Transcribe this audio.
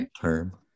term